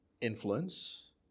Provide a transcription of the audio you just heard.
influence